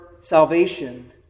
salvation